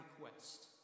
request